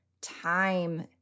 time